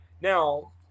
Now